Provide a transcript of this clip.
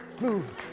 Move